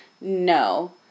No